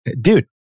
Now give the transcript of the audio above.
Dude